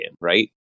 right